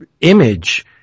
image